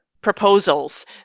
proposals